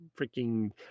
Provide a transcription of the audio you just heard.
freaking